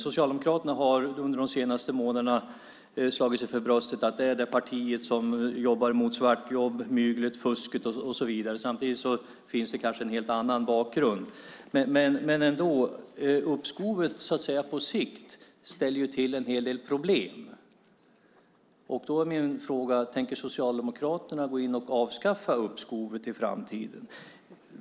Socialdemokraterna har under de senaste månaderna slagit sig för bröstet och sagt att de är partiet som jobbar mot svartjobb, mygel, fusk och så vidare. Samtidigt finns det kanske en helt annan bakgrund. Men ändå. Uppskovet på sikt ställer till en hel del problem, och då är min fråga: Tänker Socialdemokraterna avskaffa uppskovet i framtiden?